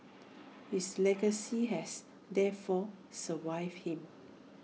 his legacy has therefore survived him